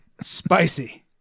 Spicy